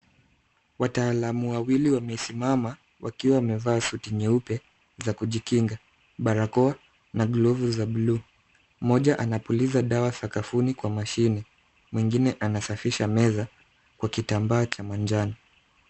Wataalamu wawili wamesimama wakiwa wamevaa suti nyeupe za kujikinga, barakoa na glovu za blue . Mmoja anapuliza dawa sakafuni kwa mashine, mwingine anasafisha meza kwa kitambaa cha manjano.